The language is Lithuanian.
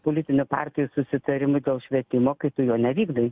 politinių partijų susitarimui dėl švietimo kai tu jo nevykdai